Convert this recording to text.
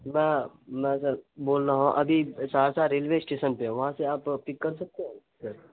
میں میں سر بول رہا ہوں ابھی سہرسہ ریلوے اسٹیشن پہ ہوں وہاں سے آپ پک کر سکتے ہیں سر